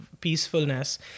peacefulness